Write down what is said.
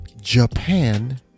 Japan